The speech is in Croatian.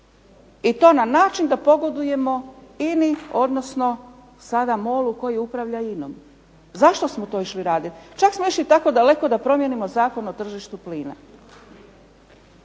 i to na način da pogodujemo INA-i, odnosno sada MOL-u koji upravlja INA-om. Zašto smo to išli raditi? Čak smo išli tako daleko da promijenimo Zakon o tržištu plina.